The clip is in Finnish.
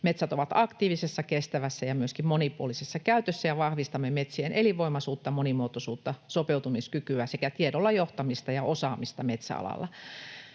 metsät ovat aktiivisessa, kestävässä ja myöskin monipuolisessa käytössä ja vahvistamme metsien elinvoimaisuutta, monimuotoisuutta, sopeutumiskykyä sekä tiedolla johtamista ja osaamista metsäalalla.